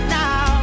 now